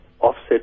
offset